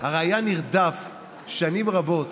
הרי היה נרדף שנים רבות